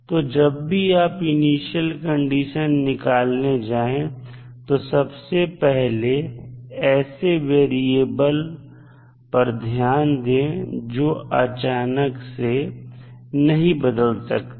तो जब भी आप इनिशियल कंडीशन निकालने जाएं तो सबसे पहले ऐसे वेरिएबल पर ध्यान दें जो अचानक से नहीं बदल सकती